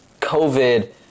COVID